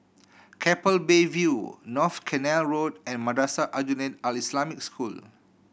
Keppel Bay View North Canal Road and Madrasah Aljunied Al Islamic School